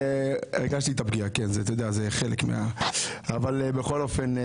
הרגשתי את הפגיעה, כן, זה חלק מ בכל אופן,